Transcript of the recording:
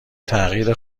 تغییر